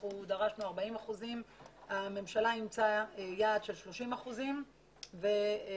אנחנו דרשנו 40 אחוזים והממשלה אימצה יעד של 30 אחוזים ועדיין